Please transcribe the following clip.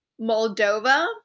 Moldova